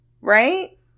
right